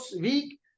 weak